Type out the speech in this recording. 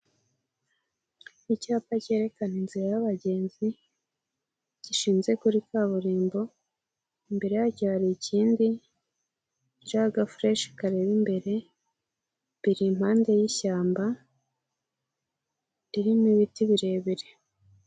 Icyapa cyerekana inzira y'abagenzi, gishinze kuri kaburimbo imbere yacyo hari ikindi kiriho aga fresh kareba imbere biri impande y'ishyamba ririmo ibiti birebire.